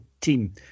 team